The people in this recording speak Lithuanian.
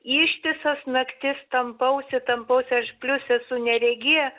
ištisas naktis tampausi tampausi aš plius esu neregė